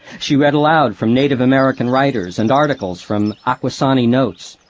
she read aloud from native american writers and articles from akwesane notes,